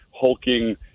hulking